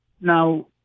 Now